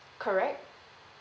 correct